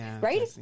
right